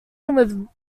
him